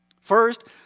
First